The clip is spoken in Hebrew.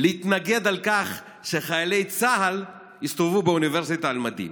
להתנגד לכך שחיילי צה"ל יסתובבו באוניברסיטה על מדים.